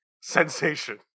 Sensation